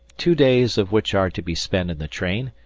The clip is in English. two days of which are to be spent in the train,